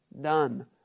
done